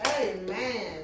Amen